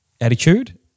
attitude